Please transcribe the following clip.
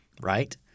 right